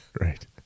right